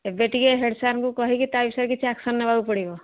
ଏବେ ଟିକେ ହେଡ଼୍ ସାର୍ଙ୍କୁ କହିକି ତା' ବିଷୟରେ କିଛି ଆକ୍ସନ୍ ନେବାକୁ ପଡ଼ିବ